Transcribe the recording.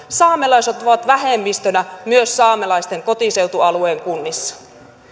saamelaiset ovat vähemmistönä myös saamelaisten kotiseutualueen kunnissa